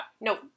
Nope